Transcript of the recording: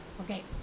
Okay